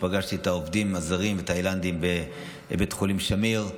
כשפגשתי את העובדים הזרים והתאילנדים בבית חולים שמיר,